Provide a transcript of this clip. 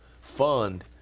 fund